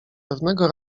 pewnego